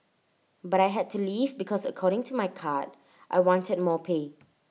but I had to leave because according to my card I wanted more pay